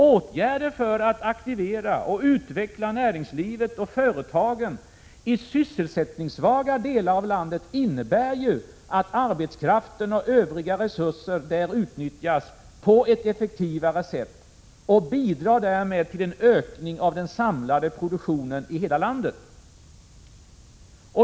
Åtgärder för att aktivera och utveckla näringslivet och företagen i sysselsättningssvaga delar av landet innebär ju att arbetskraften och övriga resurser där utnyttjas på ett effektivare sätt och därmed bidrar till en ökning av den samlade produktionen i hela landet.